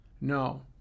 no